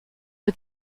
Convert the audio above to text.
but